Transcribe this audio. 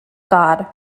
god